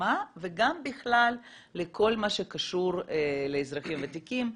עצמה וגם בכלל לכל מה שקשור לאזרחים ותיקים.